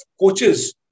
coaches